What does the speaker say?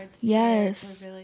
Yes